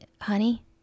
Honey